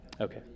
Okay